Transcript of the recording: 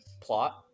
plot